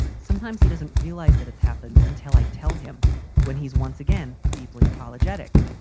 sometimes he doesn't realize that it's happened until i tell him when he's once again deeply apologetic.